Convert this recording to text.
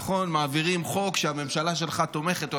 נכון, מעבירים חוק שהממשלה שלך תומכת בו.